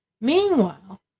Meanwhile